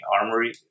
armory